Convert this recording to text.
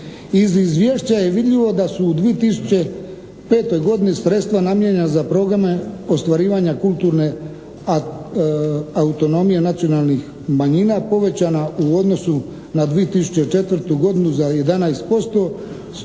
Iz izvješća je vidljivo da su u 2005. godini sredstva namijenjena za programe ostvarivanja kulturne autonomije nacionalnih manjina povećana u odnosu na 2004. godinu za 11%